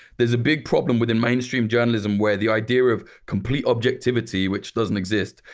there's a big problem within mainstream journalism. where the idea of complete objectivity, which doesn't exist,